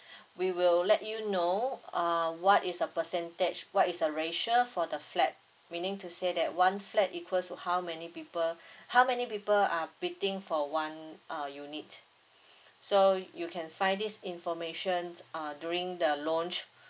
we will let you know uh what is a percentage what is ratio for the flat meaning to say that one flat equal to how many people how many people are bidding for one uh unit so you can find this information uh during the launch